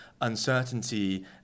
uncertainty